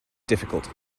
difficult